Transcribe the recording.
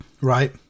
Right